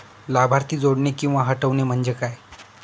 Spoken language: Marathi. लाभार्थी जोडणे किंवा हटवणे, म्हणजे काय?